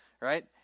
right